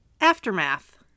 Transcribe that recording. Aftermath